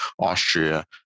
Austria